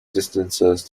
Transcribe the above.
distances